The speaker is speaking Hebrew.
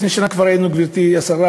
לפני שנה כבר היינו, גברתי השרה,